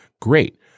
Great